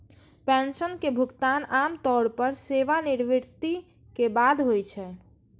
pension के भुगतान आम तौर पर सेवानिवृत्ति के बाद होइ छै